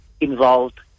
involved